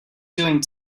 doing